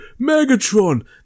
Megatron